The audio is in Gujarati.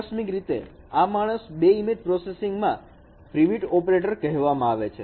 આકસ્મિક રીતે આ માણસ બે ઈમેજ પ્રોસેસિંગ માં પ્રીવીટ ઓપરેટર કહેવામાં આવે છે